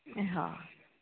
હ